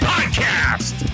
Podcast